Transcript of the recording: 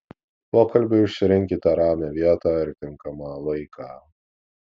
pokalbiui išsirinkite ramią vietą ir tinkamą laiką